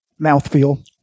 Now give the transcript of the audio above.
mouthfeel